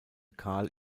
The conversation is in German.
karl